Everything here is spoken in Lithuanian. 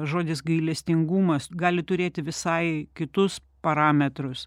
žodis gailestingumas gali turėti visai kitus parametrus